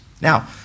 Now